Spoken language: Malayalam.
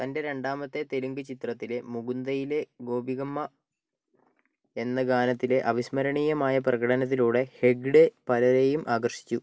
തൻ്റെ രണ്ടാമത്തെ തെലുങ്ക് ചിത്രത്തിലെ മുകുന്ദ യിലെ ഗോപികമ്മ എന്ന ഗാനത്തിലെ അവിസ്മരണീയമായ പ്രകടനത്തിലൂടെ ഹെഗ്ഡെ പലരെയും ആകർഷിച്ചു